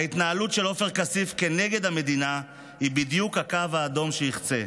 ההתנהלות של עופר כסיף כנגד המדינה היא בדיוק הקו האדום שיחצה.